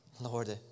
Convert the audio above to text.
Lord